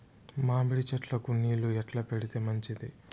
మామిడి చెట్లకు నీళ్లు ఎట్లా పెడితే మంచిది?